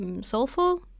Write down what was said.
soulful